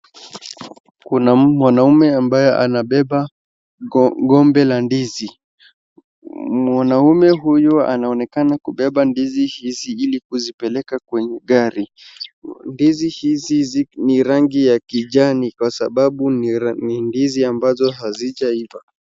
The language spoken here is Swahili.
Kuna mwanume ambaye anabeba ngombe la ndizi. Mwanaume huyu anaonekana kubeba ndizi hizi ili kuzipeleka kwenye gari. Ndizi hizi ni rangi ya kijani kwa sababu ni ndizi ambazo hazijaiva